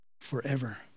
forever